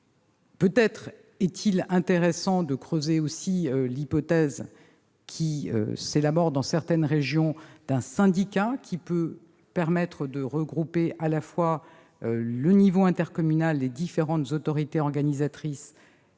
Peut-être serait-il intéressant de creuser aussi l'hypothèse, émise dans certaines régions, d'un syndicat, ce qui permettrait de regrouper à la fois le niveau intercommunal, les différentes autorités organisatrices